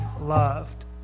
loved